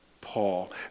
Paul